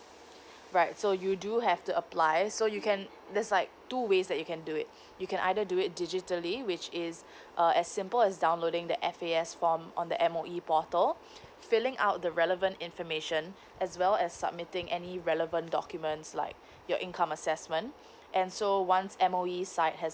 right so you do have to apply so you can there's like two ways that you can do it you can either do it digitally which is err as simple as downloading the F_A_S form on the M_O_E portal filling out the relevant information as well as submitting any relevant documents like your income assessment and so once M_O_E site has